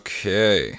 Okay